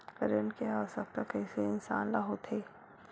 ऋण के आवश्कता कइसे इंसान ला होथे?